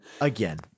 again